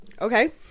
Okay